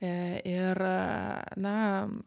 ir na